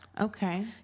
Okay